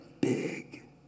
Big